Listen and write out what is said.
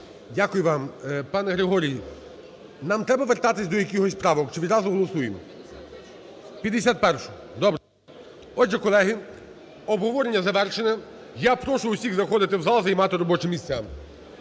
Дякую вам. Пане Григорій, нам треба вертатись до якихось правок чи відразу голосуємо? 51-у, добре. Отже, колеги, обговорення завершено. Я прошу всіх заходити в зал, займати робочі місця.